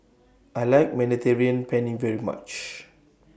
I like Mediterranean Penne very much